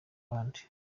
abandi